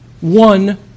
one